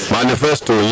Manifesto